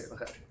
Okay